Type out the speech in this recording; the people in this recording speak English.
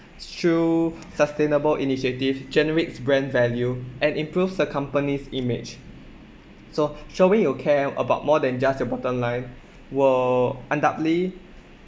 show sustainable initiative generates brand value and improve the company's image so showing your care about more than just a bottom line will undoubtedly